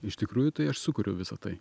iš tikrųjų tai aš sukuriu visa tai